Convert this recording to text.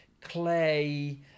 clay